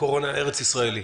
"הקורונה הארץ-ישראלית",